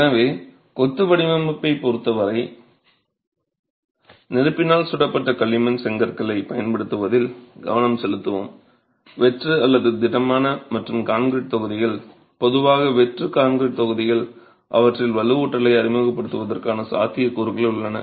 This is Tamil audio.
எனவே கொத்து வடிவமைப்பைப் பொருத்தவரை நெருப்பினால் சுடப்பட்ட களிமண் செங்கற்களைப் பயன்படுத்துவதில் கவனம் செலுத்துவோம் வெற்று அல்லது திடமான மற்றும் கான்கிரீட் தொகுதிகள் பொதுவாக வெற்று கான்கிரீட் தொகுதிகள் அவற்றில் வலுவூட்டலை அறிமுகப்படுத்துவதற்கான சாத்தியக்கூறுகள் உள்ளன